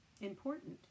important